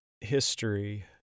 history